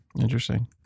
Interesting